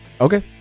Okay